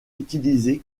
utilisé